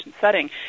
setting